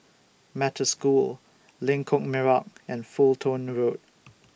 Metta School Lengkok Merak and Fulton Road